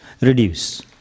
reduce